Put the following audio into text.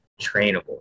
trainable